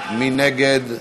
מי נגד?